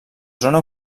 zona